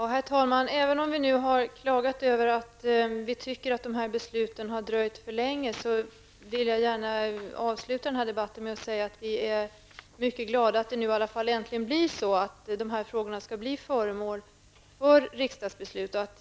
Herr talman! Även om vi nu har klagat över att dessa beslut har dröjt för länge, vill jag gärna avsluta denna debatt med att säga att vi är mycket glada över att dessa frågor nu skall bli föremål för riksdagsbehandling.